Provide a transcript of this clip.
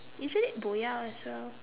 isn't it boya as well